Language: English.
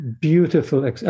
beautiful